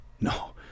no